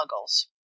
muggles